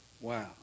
Wow